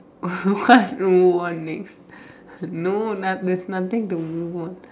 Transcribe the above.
what warnings no not there's nothing to warn